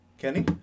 Kenny